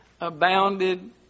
abounded